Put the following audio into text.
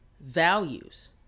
values